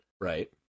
right